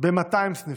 אלא ב-200 סניפים,